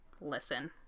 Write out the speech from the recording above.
listen